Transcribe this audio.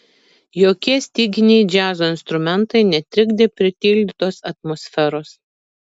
jokie styginiai džiazo instrumentai netrikdė pritildytos atmosferos